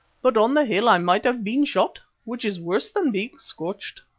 but on the hill i might have been shot, which is worse than being scorched.